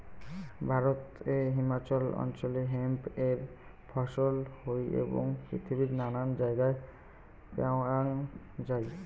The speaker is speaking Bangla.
ভারতে হিমালয় অঞ্চলে হেম্প এর ফছল হই এবং পৃথিবীর নানান জায়গায় প্যাওয়াঙ যাই